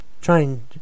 trying